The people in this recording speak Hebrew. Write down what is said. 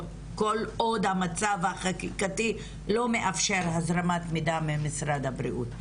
או כל עוד המצב החקיקתי לא מאפשר הזרמת מידע ממשרד הבריאות.